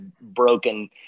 broken